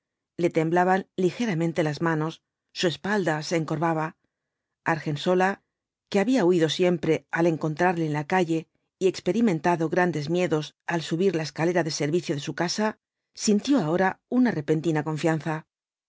le temblaban ligeramente las manos su espalda se encorvaba argensola que había huido siempre al encontrarle en la calle y experimentado grandes miedos al subir la escalera de servicio de su casa sintió ahora una repentina confianza